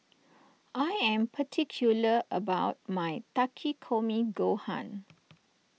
I am particular about my Takikomi Gohan